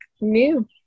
new